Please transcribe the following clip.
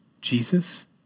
Jesus